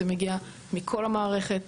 זה מגיע מכל המערכת,